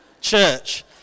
church